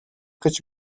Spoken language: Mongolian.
гэж